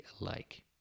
alike